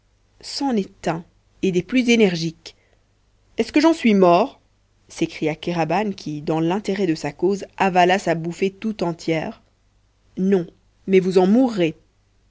est un et des plus énergiques est-ce que j'en suis mort s'écria kéraban qui dans l'intérêt de sa cause avala sa bouffée tout entière non mais vous en mourrez